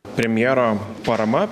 premjero parama